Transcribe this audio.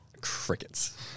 Crickets